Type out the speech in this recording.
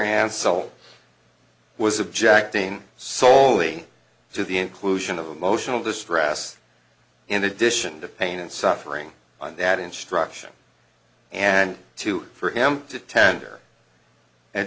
sole was objecting soley to the inclusion of emotional distress in addition to pain and suffering on that instruction and two for him to tender an